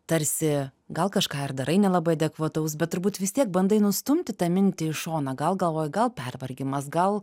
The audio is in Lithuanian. tarsi gal kažką ir darai nelabai adekvataus bet turbūt vis tiek bandai nustumti tą mintį į šoną gal galvoji gal pervargimas gal